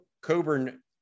Coburn